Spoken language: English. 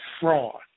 fraud